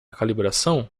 calibração